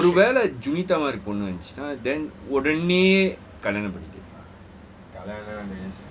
ஒரு வேல:oru weala junita மாதிரி பொண்ணு வந்துச்சு ந:maathiri ponnu wanthichi na then ஓத்தேனே கல்யாணம் பண்ணிக்கோ:odenea kalyaanam pannikko